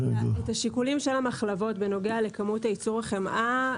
את השיקולים של המחלבות בנוגע לכמות ייצור החמאה,